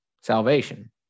salvation